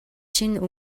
чинь